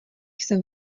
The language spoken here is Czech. jsem